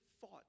fought